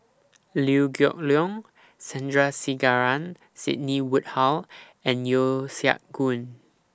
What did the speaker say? Liew Geok Leong Sandrasegaran Sidney Woodhull and Yeo Siak Goon